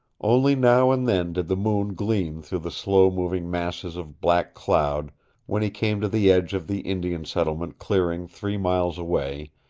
only now and then did the moon gleam through the slow-moving masses of black cloud when he came to the edge of the indian settlement clearing three miles away,